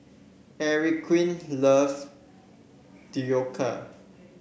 Enrique loves Dhokla